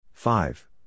Five